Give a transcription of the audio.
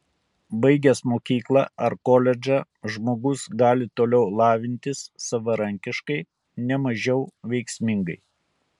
baigęs mokyklą ar koledžą žmogus gali toliau lavintis savarankiškai ne mažiau veiksmingai